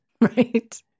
Right